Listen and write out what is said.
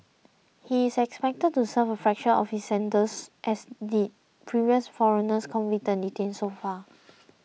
he is expected to serve a fraction of his sentence as did previous foreigners convicted and detained so far